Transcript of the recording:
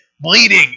bleeding